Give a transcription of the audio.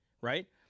Right